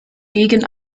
gegen